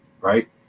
right